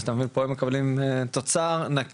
אז אתה מבין פה הם מקבלים תוצר נקי,